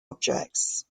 objects